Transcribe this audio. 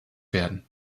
werden